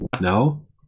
No